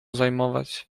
zajmować